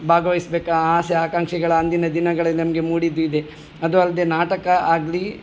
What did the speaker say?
ಭಾಗವಹಿಸ್ಬೇಕಾ ಆಸೆ ಆಕಾಂಕ್ಷೆಗಳ ಅಂದಿನ ದಿನಗಳಲ್ಲಿ ನಮಗೆ ಮೂಡಿದ್ದು ಇದೆ ಅದು ಆಲ್ಡೆ ನಾಟಕ ಆಗಲಿ